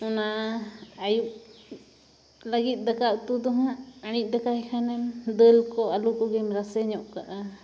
ᱚᱱᱟ ᱟᱹᱭᱩᱵ ᱞᱟᱹᱜᱤᱫ ᱫᱟᱠᱟᱼᱩᱛᱩᱫᱚ ᱦᱟᱸᱜ ᱟᱹᱬᱤᱡ ᱫᱟᱠᱟᱭ ᱠᱷᱟᱱᱮᱢ ᱫᱟᱹᱞᱠᱚ ᱟᱹᱞᱩᱠᱚᱜᱮᱢ ᱨᱟᱥᱮᱧᱚᱜ ᱠᱟᱜᱼᱟ